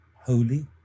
holy